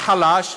לחלש,